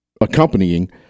accompanying